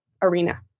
Arena